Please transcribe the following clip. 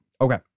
Okay